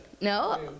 No